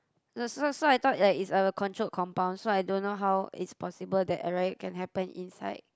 so so so I thought like it's a controlled compound so I don't how it's possible that a riot can happen inside